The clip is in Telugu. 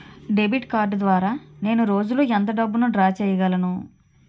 డెబిట్ కార్డ్ ద్వారా నేను రోజు లో ఎంత డబ్బును డ్రా చేయగలను?